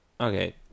Okay